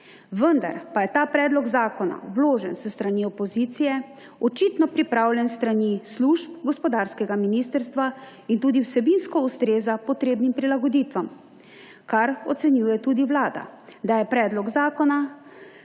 Vendar pa je ta predlog zakona, vložen s strani opozicije, očitno pripravljen s strani služb gospodarskega ministrstva in tudi vsebinsko ustreza potrebnim prilagoditvam, kar ocenjuje tudi Vlada – da je predlog zakona